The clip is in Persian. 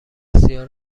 سیاه